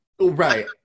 Right